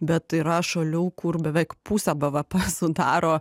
bet yra šalių kur beveik pusę bvp sudaro